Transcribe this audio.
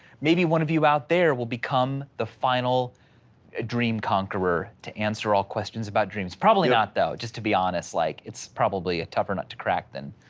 maybe one of you out there will become the final dream conqueror to answer all questions about dreams. probably not, though, just to be honest, like, it's probably a tougher nut to crack then.